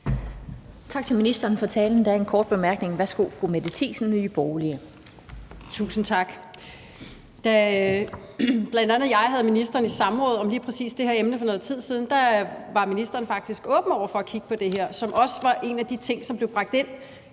Tak til ministeren for talen. Der er en kort bemærkning. Værsgo til fru Mette Thiesen, Nye Borgerlige. Kl. 16:52 Mette Thiesen (NB): Tusind tak. Da bl.a. jeg havde ministeren i samråd om lige præcis det her emne for noget tid siden, var ministeren faktisk åben over for at kigge på det her, som også var en af de ting, som blev bragt ind.